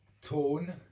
tone